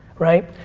right?